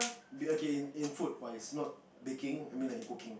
b~ okay in in food wise not baking but I mean like in cooking